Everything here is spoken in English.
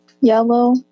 Yellow